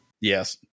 Yes